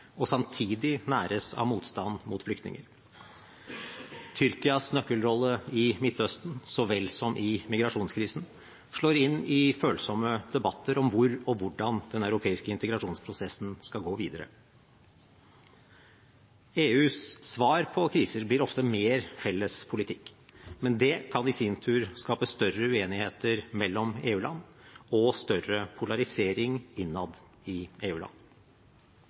og samtidig næres av motstand mot flyktninger. Tyrkias nøkkelrolle i Midtøsten så vel som i migrasjonskrisen slår inn i følsomme debatter om hvor og hvordan den europeiske integrasjonsprosessen skal gå videre. EUs svar på kriser blir ofte mer felles politikk, men det kan i sin tur skape større uenigheter mellom EU-land og større polarisering innad i